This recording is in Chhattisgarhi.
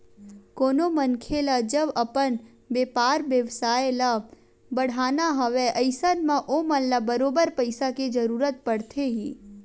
कोनो मनखे ल जब अपन बेपार बेवसाय ल बड़हाना हवय अइसन म ओमन ल बरोबर पइसा के जरुरत पड़थे ही